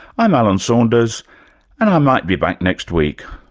i'm alan saunders and i might be back next week,